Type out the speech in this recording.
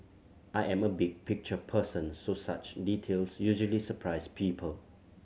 I am a big picture person so such details usually surprise people